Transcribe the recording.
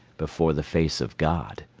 before the face of god.